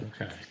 Okay